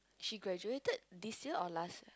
she graduated this year or last